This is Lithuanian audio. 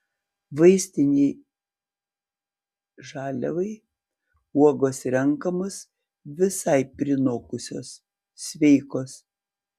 vaistinei žaliavai uogos renkamos visai prinokusios sveikos